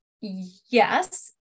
yes